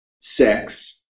sex